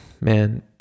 man